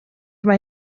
mae